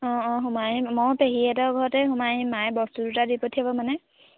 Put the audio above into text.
অঁ অঁ সোমাই আহিম ময়ো পেহীহঁতৰ ঘৰতে সোমাই আহিম মায়ে বস্তু দুটা দি পঠিয়াব মানে